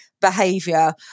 behavior